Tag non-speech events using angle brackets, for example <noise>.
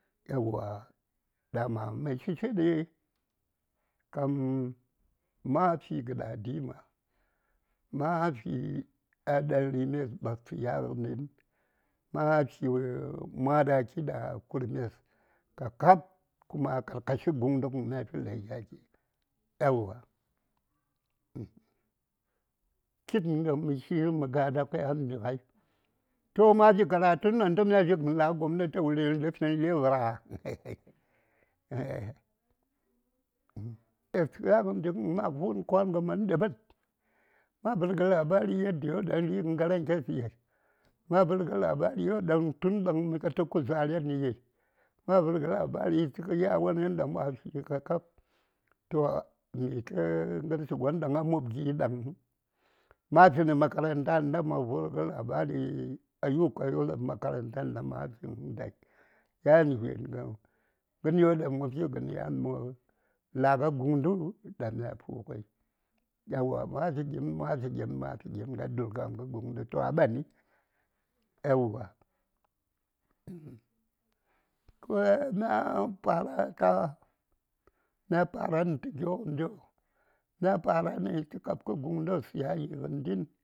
﻿Yauwa dama mə shishi ɗi kam ma fi galadima, ma fi ɗanrimes ɓastə yan wo nyoli ma fi <hesitation> madaki ɗa kurumes kakab kuma a karkashi guŋdə gən mya fi la: gya gi aeyauwa <hesitation> kitn ɗan mə shishi mə gada kuma miŋai toh ma fi karatuŋ daŋ toh mya fi gən la: gobnates wuri mə lən finə lebəra? <laughs> yangəndi ma vu:m kwan gəmən ɗeɓat ma vərgə labari yadiyodaŋ ri:gən ŋarankes chi ma vərgə labari daŋ tun daŋ mə tayi tə kuzaren chi ma vərgə labari tə kə yawon gən ɗaŋ ma fitə toh mitə gərshi gon ɗaŋ a mob gi ɗaŋ, ma finə makaranta gənda mə vərgə labari ayukawon ɗaŋ makaratan ɗaŋ ma fiŋ dai yan ven gən, gən won ɗaŋ mə fi gan yan nə la:gə guŋdə ɗaŋ mya fu:gən aeyauwa ma fi gin ma fi gin ma fi gin a dulga:m guŋdə toh a ɓani eyauwa koyan mya para ta mya paran tə gyo gəndioh mya parani tə kabkə guŋdes yanyi gəndi.